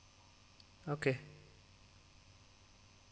okay